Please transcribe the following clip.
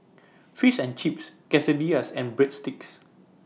Fish and Chips Quesadillas and Breadsticks